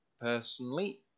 personally